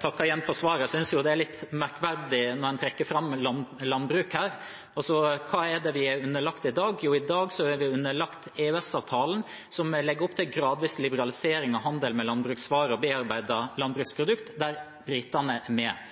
takker igjen for svaret. Jeg synes det er litt merkverdig at en trekker fram landbruk her. Hva er vi underlagt i dag? I dag er vi underlagt EØS-avtalen, som legger opp til en gradvis liberalisering av handel med landbruksvarer og bearbeidede landbruksprodukter, der britene er med.